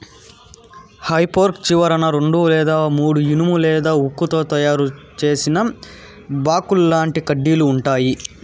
హె fork చివరన రెండు లేదా మూడు ఇనుము లేదా ఉక్కుతో తయారు చేసిన బాకుల్లాంటి కడ్డీలు ఉంటాయి